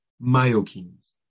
myokines